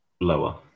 Lower